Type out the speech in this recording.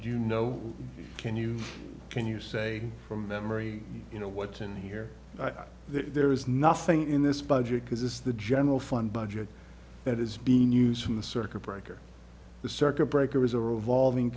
you know can you can you say from memory you know what's in here there is nothing in this budget because this is the general fund budget that is being news from the circuit breaker the circuit breaker is a revolving